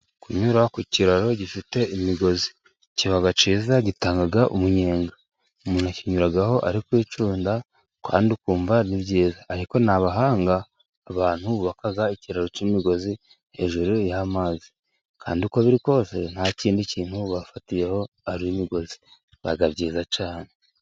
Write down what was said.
Kunyura ku kiraro gifite imigozi kiba kiza, gitanga umunyenga, umuntu akinyuraho ari kwicunda kandi ukumva ni byiza, ariko ni abahanga abantu bubaka ikiraro k'imigozi hejuru y'amazi, kandi uko biri kose nta kindi kintu bafatiyeho ari imigozi biba byiza cyane.